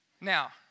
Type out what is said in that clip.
Now